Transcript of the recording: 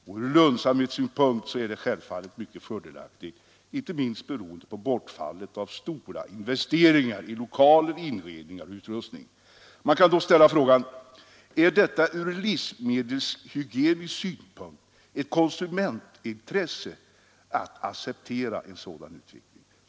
Ur lönsamhetssynpunkt är det självfallet mycket fördelaktigt, inte minst beroende på bortfallet av stora investeringar i lokaler, inredningar och utrustning. Man kan då ställa frågan: Är det ur livsmedelshygienisk synpunkt ett konsumentintresse att acceptera en sådan utveckling?